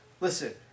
Listen